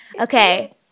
Okay